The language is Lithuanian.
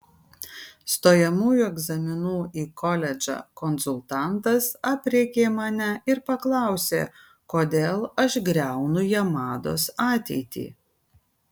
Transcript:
stojamųjų egzaminų į koledžą konsultantas aprėkė mane ir paklausė kodėl aš griaunu jamados ateitį